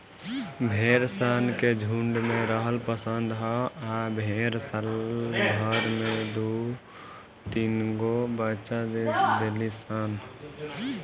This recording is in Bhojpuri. भेड़ सन के झुण्ड में रहल पसंद ह आ भेड़ साल भर में दु तीनगो बच्चा दे देली सन